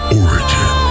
origin